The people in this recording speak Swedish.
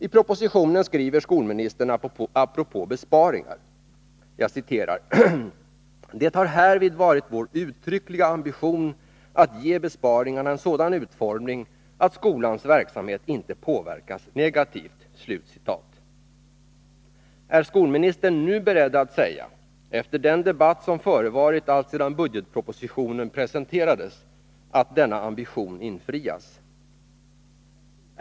I propositionen skriver skolministern apropå besparingar: ”Det har härvid varit vår uttryckliga ambition att ge besparingarna en sådan utformning att skolans verksamhet inte påverkas negativt.” Är skolministern nu beredd att säga, efter den debatt som förevarit alltsedan budgetpropositionen presenterades, att denna ambition infrias?